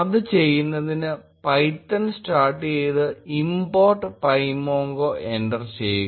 അത് ചെയ്യുന്നതിന് Python start ചെയ്ത് import pymongo എന്റർ ചെയ്യുക